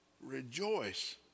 Rejoice